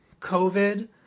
COVID